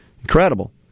Incredible